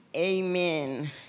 Amen